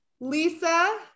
Lisa